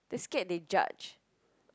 they scared they judge